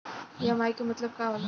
EMI के मतलब का होला?